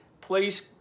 please